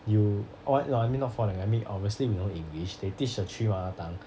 you all I mean not four langua~ I mean obviously we know english they teach the three mother tongue